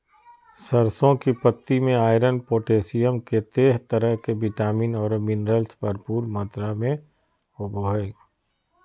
सरसों की पत्ति में आयरन, पोटेशियम, केते तरह के विटामिन औरो मिनरल्स भरपूर मात्रा में होबो हइ